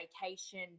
vacation